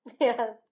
Yes